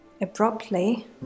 Abruptly